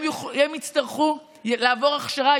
הם יצטרכו לעבור הכשרה,